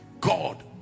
God